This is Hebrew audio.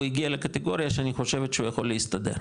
הוא הגיע לקטגוריה שאני חושבת שהוא יכול להסתדר,